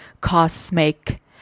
cosmic